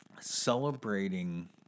Celebrating